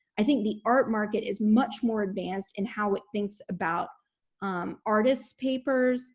i think the art market is much more advanced in how it thinks about um artist papers